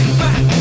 back